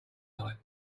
night